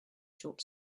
short